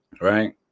Right